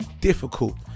difficult